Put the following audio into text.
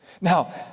Now